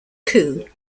coup